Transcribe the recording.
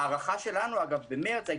ההערכה שלנו במרץ,